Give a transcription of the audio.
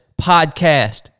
podcast